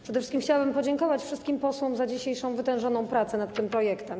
Przede wszystkim chciałabym podziękować wszystkim posłom za dzisiejszą wytężoną pracę nad tym projektem.